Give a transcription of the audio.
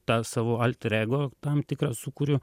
tą savo alter ego tam tikrą sukuriu